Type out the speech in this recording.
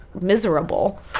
miserable